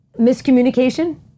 miscommunication